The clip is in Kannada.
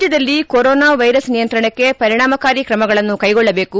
ರಾಜ್ಥದಲ್ಲಿ ಕೊರೊನಾ ವೈರಸ್ ನಿಯಂತ್ರಣಕ್ಕೆ ಪರಿಣಾಮಕಾರಿ ತ್ರಮಗಳನ್ನು ಕೈಗೊಳ್ಳಬೇಕು